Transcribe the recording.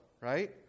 right